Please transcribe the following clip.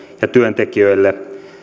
ja työntekijöille